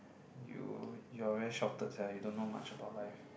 you you are very sheltered sia you don't know much about life